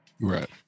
right